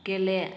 गेले